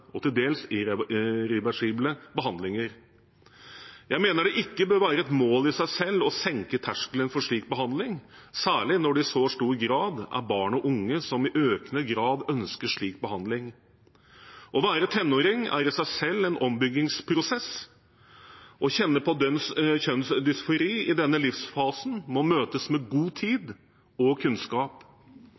og til dels irreversible behandlinger. Jeg mener det ikke bør være et mål i seg selv å senke terskelen for slik behandling, særlig når det i så stor grad er barn og unge som i økende grad ønsker slik behandling. Å være tenåring er i seg selv en ombyggingsprosess. Å kjenne på kjønnsdysfori i denne livsfasen må møtes med god tid og kunnskap,